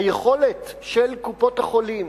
היכולת של קופות-החולים